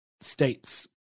states